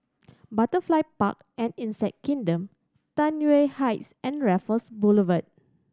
Butterfly Park and Insect Kingdom Tai Yuan Heights and Raffles Boulevard